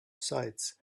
sides